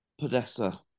Podesta